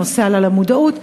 הנושא עלה למודעות,